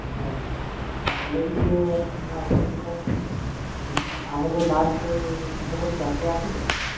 ଦିଆ ହୋଇନି ହେଲେ ବି କିଏ ଆସିବ ଟିକେଟ୍ ଆମ ଯେଉଁ ଲାଷ୍ଟରେ ଏମ୍ ଏଲ୍ ଏ ଥିଲା ସିଏ ଆସିବ